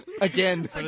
Again